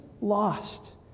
lost